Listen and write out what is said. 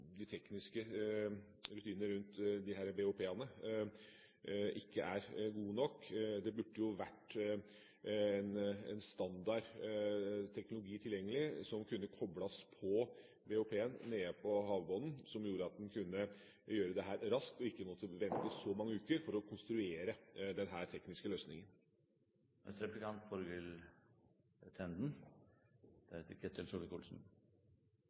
de tekniske rutinene rundt disse BOP-ene ikke er gode nok. Det burde vært en standard teknologi tilgjengelig som kunne kobles på BOP-en nede på havbunnen, slik at man kunne gjøre dette raskt og ikke måtte vente så mange uker for å konstruere denne tekniske løsningen.